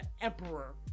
emperor